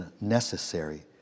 necessary